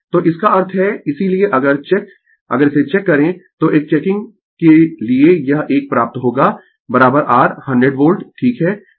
तो इसका अर्थ है इसीलिए अगर चेक अगर इसे चेक करें तो एक चेकिंग के लिए यह एक प्राप्त होगा R100 वोल्ट ठीक है